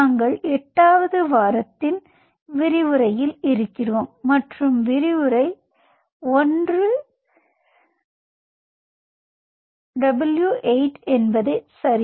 நாங்கள் 8 வது வாரத்தின் விரிவுரையில் இருக்கிறோம் மற்றும் விரிவுரை 1 w 8 என்பதே சரி